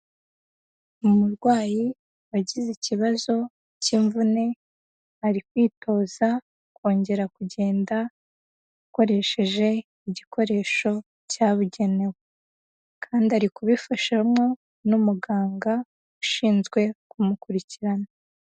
Umurwayi wagize ikibazo cy'imvune, ari kwitoza kongera kugenda akoresheje igikoresho cyabugenewe kandi ari kubifashwamo n'umuganga ushinzwe kumukurikirana.